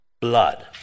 blood